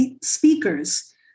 speakers